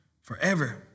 forever